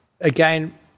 again